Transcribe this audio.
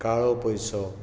काळो पयसो